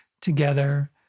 together